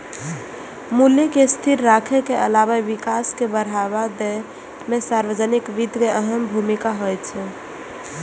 मूल्य कें स्थिर राखै के अलावा विकास कें बढ़ावा दै मे सार्वजनिक वित्त के अहम भूमिका होइ छै